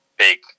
big